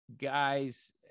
guys